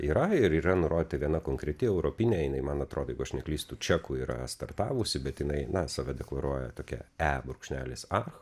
yra ir yra nurodyta viena konkreti europinė jinai man atrodo jeigu aš neklystu čekų yra startavusi bet jinai na save deklaruoja tokia e brūkšnelis a